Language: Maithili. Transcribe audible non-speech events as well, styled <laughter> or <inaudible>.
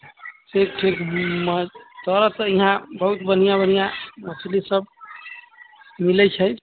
से ठीक महज <unintelligible> बहुत बढिऑं बढ़िऑं मछली सब मिलै छै